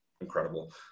incredible